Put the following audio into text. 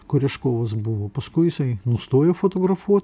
kuriškovas buvo paskui jisai nustojo fotografuot